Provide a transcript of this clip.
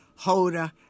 Hoda